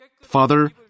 Father